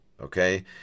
Okay